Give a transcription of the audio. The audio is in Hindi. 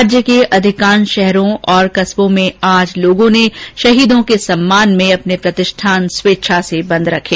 राज्य के अधिकांश शहरों और कस्बों में आज लोगों ने शहीदों के सम्मान में अपने प्रतिष्ठान स्वेच्छा से बंद रखे